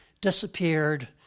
disappeared